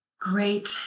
great